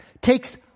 takes